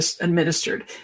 administered